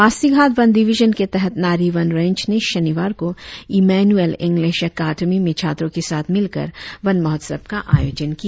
पासिघाट वन डिविजन के तहत नारी वन रेंज ने शनिवार को ईमेन्एल इंगलिश अकादमी में छात्रो के साथ मिलकर वन महोत्सव का आयोजन किया